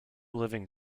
living